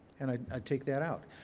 and i take that out.